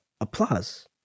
applause